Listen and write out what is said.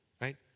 right